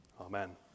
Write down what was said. Amen